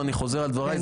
ואני חוזר על דבריי,